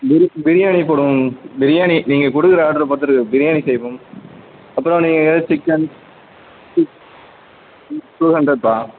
பிரி பிரியாணி போடுவோம் பிரியாணி நீங்கள் கொடுக்குற ஆட்ரை பொருத்து இருக்குது பிரியாணி செய்வோம் அப்புறோம் நீங்கள் கேட்ட சிக்கன் சிக் டூ ஹண்ரட்ப்பா